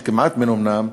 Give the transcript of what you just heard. שהוא כמעט מנומנם,